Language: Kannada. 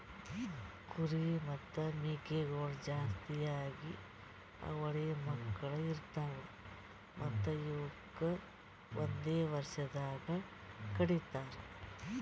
ಕುರಿ ಮತ್ತ್ ಮೇಕೆಗೊಳ್ ಜಾಸ್ತಿಯಾಗಿ ಅವಳಿ ಮಕ್ಕುಳ್ ಇರ್ತಾವ್ ಮತ್ತ್ ಇವುಕ್ ಒಂದೆ ವರ್ಷದಾಗ್ ಕಡಿತಾರ್